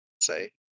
Say